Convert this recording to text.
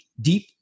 deep